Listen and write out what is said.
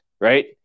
right